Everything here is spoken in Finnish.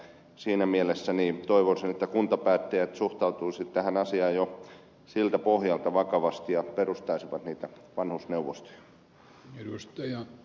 siinä mielessä toivoisin että kuntapäättäjät suhtautuisivat tähän asiaan jo siltä pohjalta vakavasti ja perustaisivat niitä vanhusneuvostoja